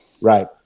Right